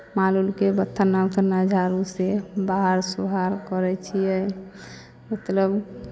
माल उलके बथन्ना उथन्ना झाड़ूसँ बहारि सोहारि करै छियै मतलब